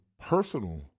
personal